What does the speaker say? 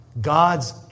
God's